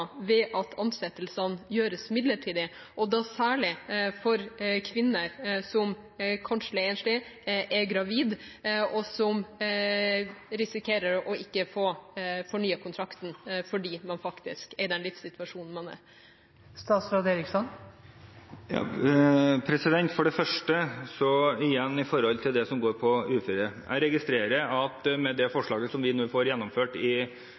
ved at ansettelsene gjøres midlertidige, særlig for kvinner – kanskje er de enslige – som er gravide, og som risikerer ikke å få fornyet kontrakten fordi man er i den livssituasjonen man er i. Igjen: Når det gjelder det som handler om uføre, registrerer jeg at forslaget om reduksjon i avkorting i pensjonen for gifte og samboende pensjonister, som vi får gjennomført